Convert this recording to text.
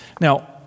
Now